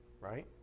right